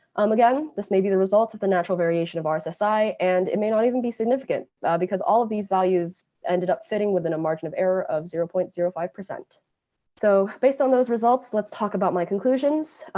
um again, this may be the result of the natural variation of rssi, and it may not even be significant because all of these values ended up fitting within a margin of error of zero point zero five. so based on those results, let's talk about my conclusions.